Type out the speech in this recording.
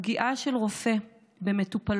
הפגיעה של רופא במטופלות